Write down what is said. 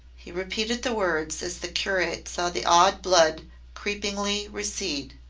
he repeated the words as the curate saw the awed blood creepingly recede.